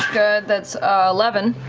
good. that's eleven.